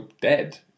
dead